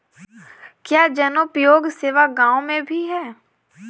क्या जनोपयोगी सेवा गाँव में भी है?